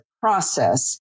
process